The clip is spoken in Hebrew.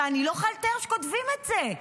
ואני לא יכולה לתאר שכותבים את זה,